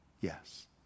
Yes